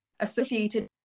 associated